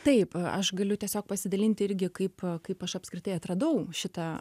taip a aš galiu tiesiog pasidalint irgi kaip kaip aš apskritai atradau šitą